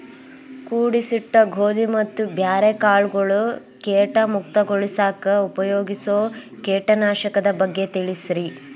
ಕೂಡಿಸಿಟ್ಟ ಗೋಧಿ ಮತ್ತ ಬ್ಯಾರೆ ಕಾಳಗೊಳ್ ಕೇಟ ಮುಕ್ತಗೋಳಿಸಾಕ್ ಉಪಯೋಗಿಸೋ ಕೇಟನಾಶಕದ ಬಗ್ಗೆ ತಿಳಸ್ರಿ